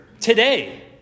today